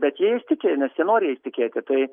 bet jais tiki nes jie nori jais tikėti tai